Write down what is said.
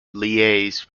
liaise